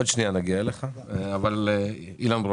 עוד שנייה נגיע אליך, אבל אילן ברוש קודם.